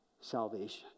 salvation